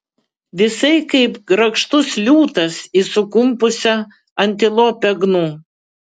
visai kaip grakštus liūtas į sukumpusią antilopę gnu